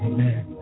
Amen